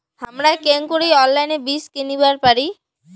হামরা কেঙকরি অনলাইনে বীজ কিনিবার পারি?